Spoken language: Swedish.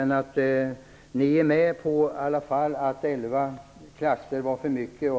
Ni är i alla fall med på att elva klasser är för mycket.